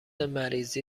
مریضی